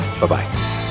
Bye-bye